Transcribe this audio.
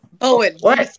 Owen